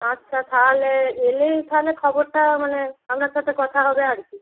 আচ্ছা তাহলে এলেই তাহলে খবরটা মানে আপনার সাথে কথা হবে আর কি